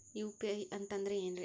UPI ಅಂತಂದ್ರೆ ಏನ್ರೀ?